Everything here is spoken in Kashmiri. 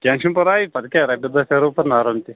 کیٚنٛہہ چھُنہٕ پرواے پتہٕ کیٛاہ رۄپیہِ داہ کرو نرم تہِ